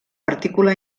partícula